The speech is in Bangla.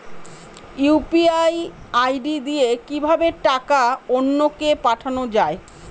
ইউ.পি.আই আই.ডি দিয়ে কিভাবে টাকা অন্য কে পাঠানো যায়?